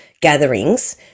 gatherings